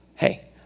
Hey